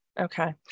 Okay